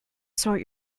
sort